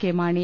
K Mani